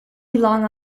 belong